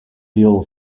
fuel